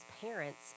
parents